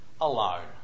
alone